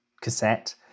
cassette